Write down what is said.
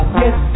yes